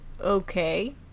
Okay